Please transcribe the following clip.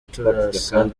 turasa